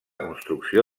construcció